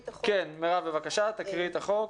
מירב, בבקשה, תקריאי את החוק.